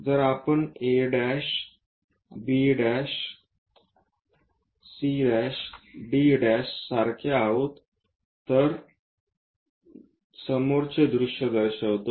जर आपण a' b' c' d' सारखे आहोत तर काही दर्शविते समोरचे दृश्य दर्शवते